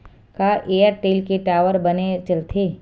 का एयरटेल के टावर बने चलथे?